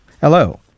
Hello